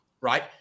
right